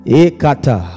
ekata